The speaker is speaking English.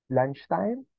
lunchtime